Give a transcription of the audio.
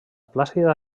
plàcida